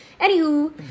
Anywho